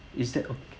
is that okay